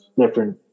different